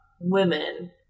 women